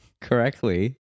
correctly